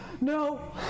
No